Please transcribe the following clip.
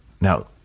Now